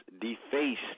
defaced